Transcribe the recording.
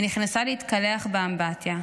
היא נכנסה להתקלח באמבטיה,